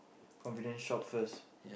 convenient shop first